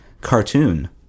cartoon